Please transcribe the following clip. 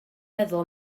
meddwl